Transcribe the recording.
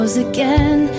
again